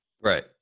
Right